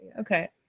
Okay